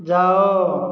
ଯାଅ